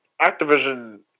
Activision